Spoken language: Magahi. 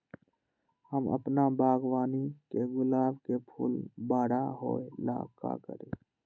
हम अपना बागवानी के गुलाब के फूल बारा होय ला का करी?